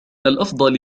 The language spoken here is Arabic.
الأفضل